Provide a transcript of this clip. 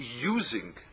using